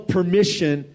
permission